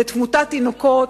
לתמותת תינוקות,